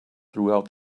throughout